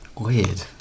Weird